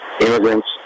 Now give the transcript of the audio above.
immigrants